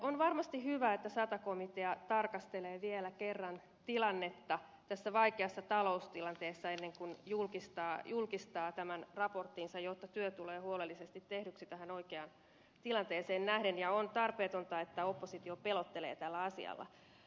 on varmasti hyvä että sata komitea tarkastelee vielä kerran tilannetta tässä vaikeassa taloustilanteessa ennen kuin julkistaa tämän raporttinsa jotta työ tulee huolellisesti tehdyksi tähän oikeaan tilanteeseen nähden ja on tarpeetonta että oppositio pelottelee tällä asialla